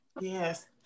yes